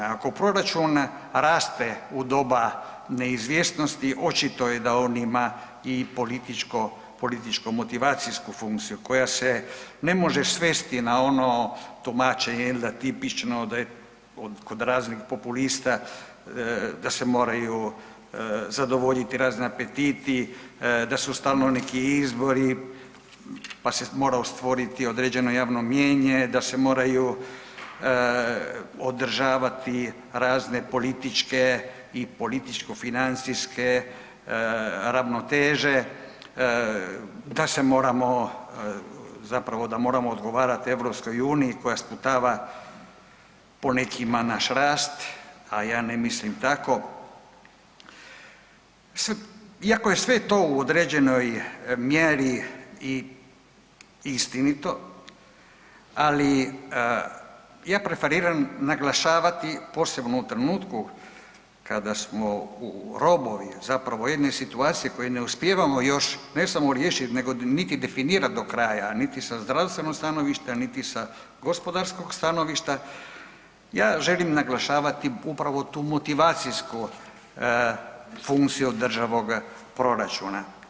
Ako proračun raste u doba neizvjesnosti, očito je da on ima i političko-motivacijsku funkciju koja se ne može svesti na ono tumačenje, je l' da, tipično, da je kod raznih populista, da se moraju zadovoljiti razni apetiti, da su stalno neki izbori, pa se morao stvoriti određeno javno mnijenje, da se moraju održavati razne političke i političko-financijske ravnoteže, da se moramo, zapravo, da moramo odgovarati EU-i koja sputava, po nekima naš rast, a ja ne mislim tako. iako je sve to u određenoj mjeri i istinito, ali ja preferiram naglašavati, posebno u trenutku kada smo u robovi zapravo jedne situacije u kojoj ne uspijevamo još, ne samo riješiti nego definirati do kraja niti sa zdravstvenog stanovišta niti sa gospodarskog stanovišta, ja želim naglašavati upravo tu motivacijsku funkciju državnog proračuna.